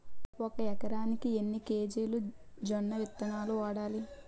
ఒక ఎకరానికి ఎన్ని కేజీలు జొన్నవిత్తనాలు వాడాలి?